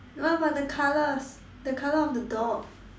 uh but the colours the colour of the dog